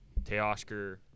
Teoscar